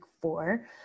four